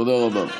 תודה רבה.